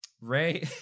Ray